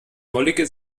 mollige